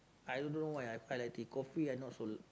I don't know why I quite like tea coffee I not so